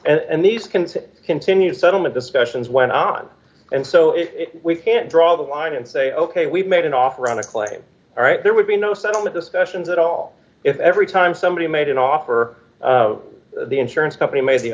and these can continue settlement discussions went on and so d we can draw the line and say ok we've made an offer on a claim all right there would be no settlement discussions at all if every time somebody made an offer the insurance company made the